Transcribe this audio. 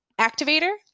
Activator